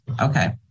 Okay